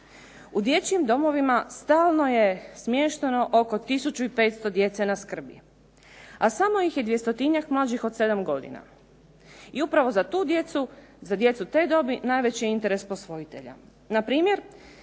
U dječjim domovima stalno je smješteno oko tisuću i 500 djece na skrbi a samo ih je dvjestotinjak mlađih od sedam godina. I upravo za tu djecu, za djecu te dobi najveći je interes posvojitelja. Na primjer,